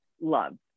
Love